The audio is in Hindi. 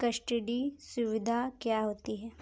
कस्टडी सुविधा क्या होती है?